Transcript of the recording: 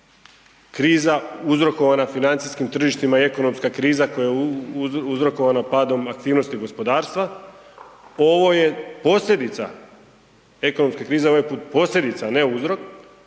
kriza uzrokovana financijskim tržištima i ekonomska kriza koja je uzrokovana padom aktivnosti gospodarstva, ovo je posljedica ekonomske krize, ovo je posljedica, a ne uzrok